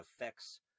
affects